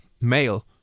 Male